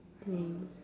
mm